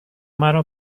مرا